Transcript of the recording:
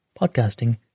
Podcasting